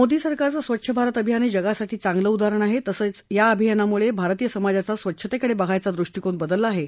मोदी सरकारचं स्वच्छ भारत अभियान ह जिगासाठी चांगलं उदाहरण आह तसंच या अभियानामुळ आरतीय समाजाचा स्वच्छतक्रिड बिघायचा दृष्टीकोन बदलला आहा